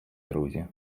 друзі